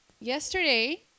Yesterday